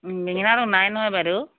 বেঙেনাটো নাই নহয় বাইদেউ